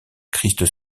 christ